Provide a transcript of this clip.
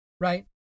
right